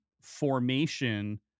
formation